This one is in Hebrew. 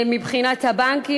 מבחינת הבנקים,